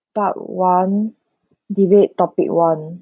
part one debate topic one